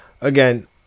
again